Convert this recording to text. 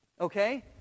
okay